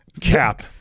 Cap